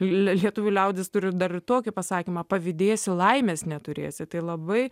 lietuvių liaudis turi dar tokį pasakymą pavydėsiu laimės neturėsi tai labai